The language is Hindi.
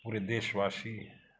विदेशवासी